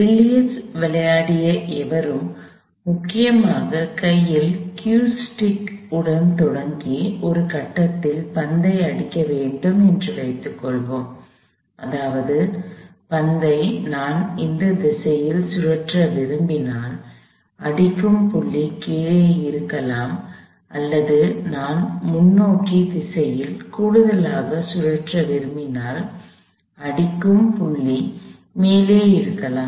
billiards விளையாடிய எவரும் முக்கியமாக கையில் Q ஸ்டிக் உடன் தொடங்கி ஒரு கட்டத்தில் பந்தை அடிக்க வேண்டும் என்று வைத்துக்கொள்வோம் அதாவது பந்தை நான் இந்த திசையில் சுழற்ற விரும்பினால் அடிக்கும் புள்ளி கீழே இருக்கலாம் அல்லது நான் முன்னோக்கி திசையில் கூடுதலாகச் சுழற்ற விரும்பினால் அடிக்கும் புள்ளி மேலே இருக்கலாம்